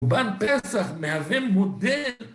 קורבן פסח, מהווה מודד